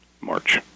March